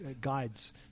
guides